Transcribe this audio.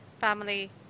family